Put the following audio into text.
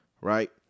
right